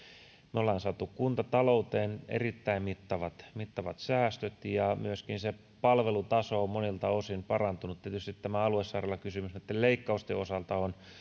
me olemme saaneet kuntatalouteen erittäin mittavat mittavat säästöt ja myöskin se palvelutaso on monilta osin parantunut tietysti tämä aluesairaalakysymys näitten leikkausten osalta